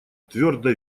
твердо